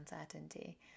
uncertainty